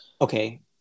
Okay